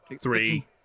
three